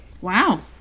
Wow